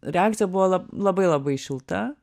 reakcija buvo la labai labai šilta